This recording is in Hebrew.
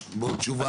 אני